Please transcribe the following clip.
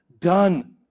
done